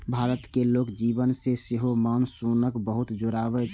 भारतक लोक जीवन सं सेहो मानसूनक बहुत जुड़ाव छै